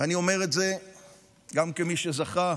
אני אומר את זה גם כמי שזכה